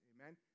Amen